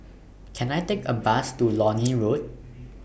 Can I Take A Bus to Lornie Road